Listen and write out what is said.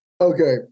Okay